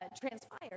transpired